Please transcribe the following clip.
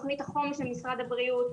תוכנית החומש של משרד הבריאות,